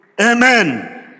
Amen